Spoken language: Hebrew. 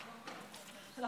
שימו לב.